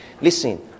Listen